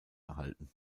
erhalten